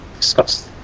discussed